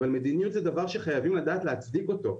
אבל מדיניות זה דבר שחייבים לדעת להצדיק אותו.